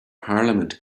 parliament